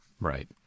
Right